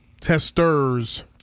Testers